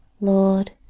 Lord